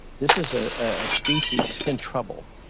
this is a ah species in trouble.